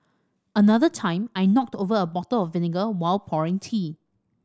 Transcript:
another time I knocked over a bottle of vinegar while pouring tea